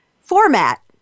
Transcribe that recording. format